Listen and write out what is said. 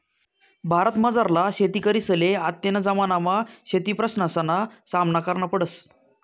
भारतमझारला शेतकरीसले आत्तेना जमानामा शेतीप्रश्नसना सामना करना पडस